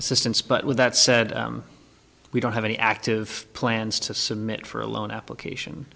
assistance but with that said we don't have any active plans to submit for a loan application